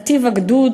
נתיב-הגדוד,